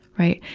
right.